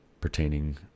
pertaining